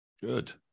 Good